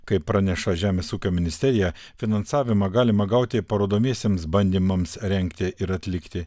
kaip praneša žemės ūkio ministerija finansavimą galima gauti parodomiesiems bandymams rengti ir atlikti